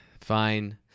Fine